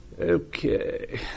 Okay